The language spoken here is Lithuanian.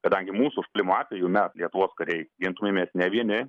kadangi mūsų sukilimo atveju mes lietuvos kariai gintumėmės ne vieni